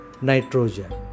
nitrogen